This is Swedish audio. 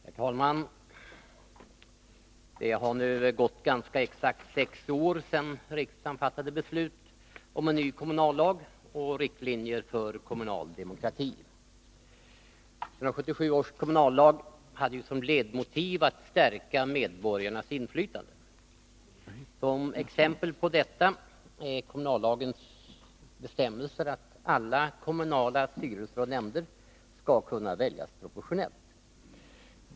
Herr talman! Det har nu gått ganska exakt sex år sedan riksdagen fattade beslut om en ny kommunallag och riktlinjer för kommunal demokrati. 1977 års kommunallag hade som motiv att stärka medborgarnas inflytande. Ett exempel på detta är kommunallagens bestämmelser att alla kommunala styrelser och nämnder skall kunna väljas proportionellt.